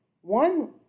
One